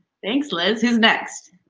thanks, liz. who's next?